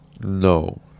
No